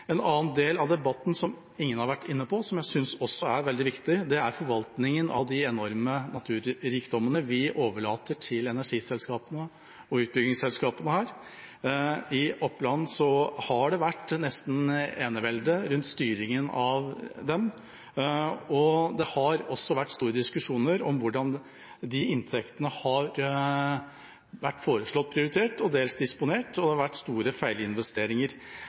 En annen del av debatten, som ingen har vært inne på, og som jeg synes også er veldig viktig, er forvaltningen av de enorme naturrikdommene vi her overlater til energiselskapene og utbyggingsselskapene. I Oppland har det vært nesten enevelde rundt styringen av dem, og det har også vært store diskusjoner om hvordan inntektene har vært foreslått prioritert og dels disponert, og det har vært store feilinvesteringer.